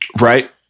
Right